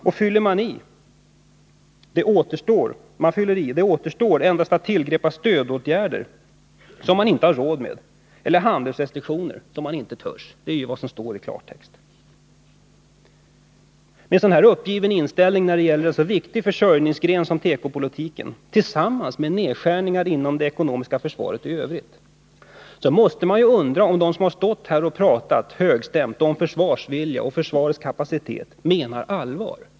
Och så lägger man till att det återstår endast att 33 sätta in stödåtgärder som vi inte har råd med eller handelsrestriktioner som man inte törs tillgripa — det är vad som står, i klartext. Med en sådan uppgiven inställning när det gäller en så viktig försörjningsgren som teko — tillsammans med nedskärningar inom det ekonomiska försvaret i övrigt — finns det anledning att ställa frågan om de som talat högstämt om försvarsvilja och försvarskapacitet menar allvar.